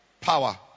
power